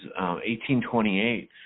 1828